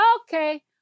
okay